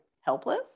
helpless